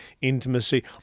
intimacy